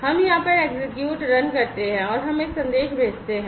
हम यहां पर execute run करते हैं और हम एक संदेश भेजते हैं